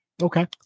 okay